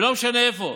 ולא משנה איפה,